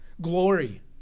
glory